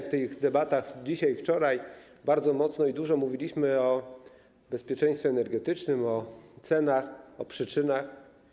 W tych debatach, dzisiaj, wczoraj, bardzo dużo mówiliśmy o bezpieczeństwie energetycznym, o cenach, o przyczynach.